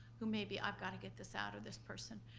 who may be, i've got to get this out of this person.